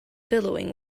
billowing